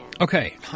Okay